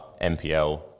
NPL